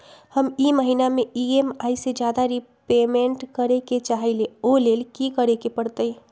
हम ई महिना में ई.एम.आई से ज्यादा रीपेमेंट करे के चाहईले ओ लेल की करे के परतई?